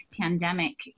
pandemic